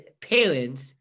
parents